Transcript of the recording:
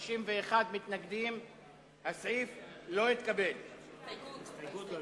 קבוצת סיעת מרצ, קבוצת סיעת קדימה,